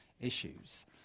issues